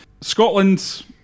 Scotland